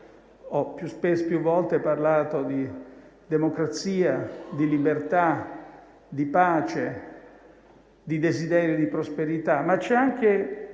valori - ho più volte parlato di democrazia, di libertà, di pace, di desiderio di prosperità - ci sono anche